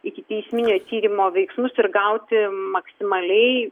ikiteisminio tyrimo veiksmus ir gauti maksimaliai